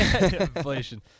inflation